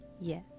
Yes